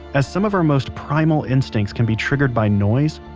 as some of our most primal instincts can be triggered by noise,